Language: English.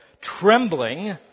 Trembling